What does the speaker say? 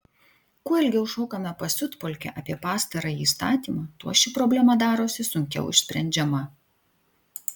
kuo ilgiau šokame pasiutpolkę apie pastarąjį įstatymą tuo ši problema darosi sunkiau išsprendžiama